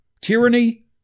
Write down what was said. tyranny